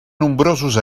nombrosos